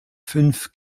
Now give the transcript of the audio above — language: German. fünf